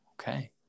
Okay